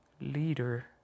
leader